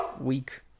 week